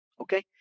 Okay